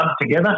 together